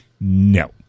no